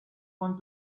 want